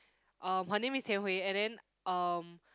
uh her name is Tian Hui and then um